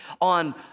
on